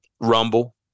Rumble